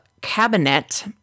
cabinet